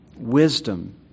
Wisdom